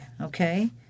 okay